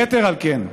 יתר על כן,